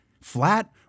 Flat